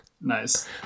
Nice